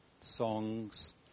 songs